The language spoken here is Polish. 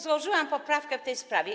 Złożyłam poprawkę w tej sprawie.